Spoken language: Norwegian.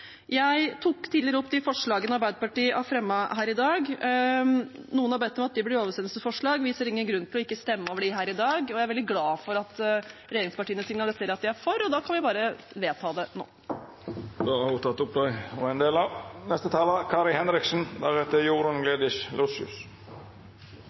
Jeg tok tidligere opp de forslagene Arbeiderpartiet har fremmet her i dag. Noen har bedt om at de blir oversendelsesforslag. Vi ser ingen grunn til ikke å stemme over dem her i dag, og jeg er veldig glad for at regjeringspartiene signaliserer at de er for, for da kan vi bare vedta dem nå.